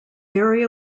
area